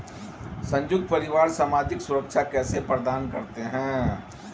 संयुक्त परिवार सामाजिक सुरक्षा कैसे प्रदान करते हैं?